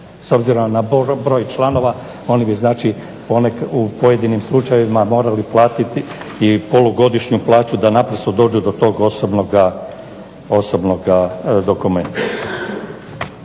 S obzirom na broj članova oni bi znači u pojedinim slučajevima morali platiti i polugodišnju plaću da naprosto dođu do tog osobnoga dokumenta.